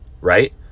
right